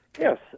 Yes